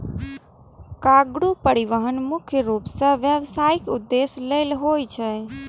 cargo परिवहन मुख्य रूप सं व्यावसायिक उद्देश्य लेल होइ छै